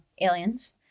aliens